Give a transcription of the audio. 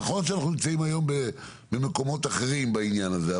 נכון שאנחנו נמצאים היום במקומות אחרים בעניין הזה.